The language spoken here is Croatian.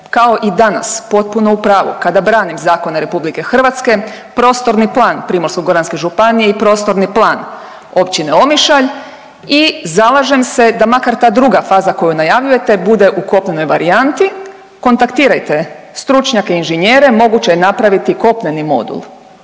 kao i danas potpuno u pravu kada branim zakone RH, prostorni plan Primorsko-goranske županije i prostorni plan Općine Omišalj i zalažem se da makar ta druga faza koju najavljujete bude u potpunoj varijanti, kontaktirajte stručnjake i inženjere, moguće je napraviti kopneni model,